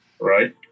right